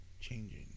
changing